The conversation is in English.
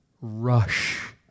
rush